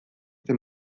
zein